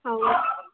ಹೌದು